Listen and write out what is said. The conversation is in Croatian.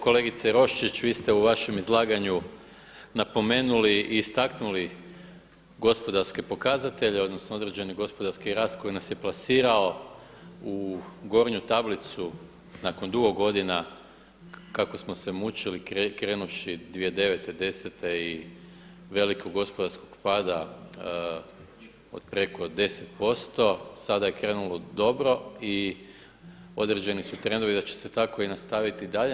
Kolegice Roščić vi ste u vašem izlaganju napomenuli i istaknuli gospodarske pokazatelje odnosno određene gospodarski rast koji nas je plasirao u gornju tablicu nakon dugo godina kako smo se mučili krenuvši 2009., 2010. i velikog gospodarskog pada od preko 10%, sada je krenulo dobro i određeni su trendovi da će se tako nastaviti i dalje.